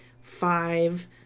five